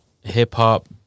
hip-hop